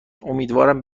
امیدوارم